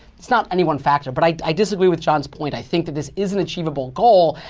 it's not any one factor. but i disagree with john's point. i think that this is an achievable goal.